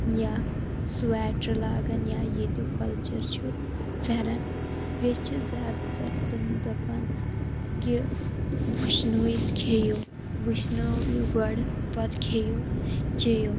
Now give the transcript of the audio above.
یا سُویٹر لاگَن یا ییٚتیُک کَلچَر چھُ پھٮ۪رَن بیٚیہِ چھِ زیادٕ تَر تِم دَپَان کہِ وٕشنٲیِتھ کھیٚیِو وٕچھنٲوِو گۄڈٕ پَتہٕ کھیٚیِو چیٚیِو